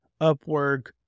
Upwork